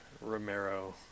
Romero